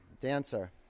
Dancer